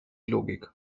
logik